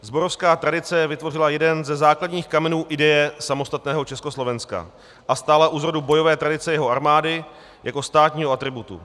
Zborovská tradice vytvořila jeden ze základních kamenů ideje samostatného Československa a stála u zrodu bojové tradice jeho armády jako státního atributu.